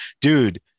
dude